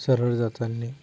सरळ जाताना